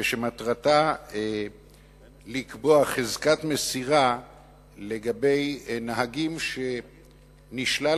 שמטרתה לקבוע חזקת מסירה לגבי נהגים שנשלל